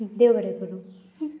देव बरें करूं